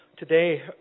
Today